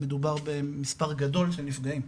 שמדובר במספר גדול של נפגעים,